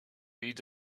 eat